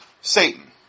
Satan